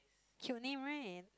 cute name right